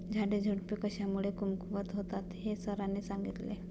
झाडेझुडपे कशामुळे कमकुवत होतात हे सरांनी सांगितले